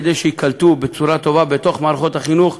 כדי שייקלטו בצורה טובה במערכות החינוך,